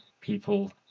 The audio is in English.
people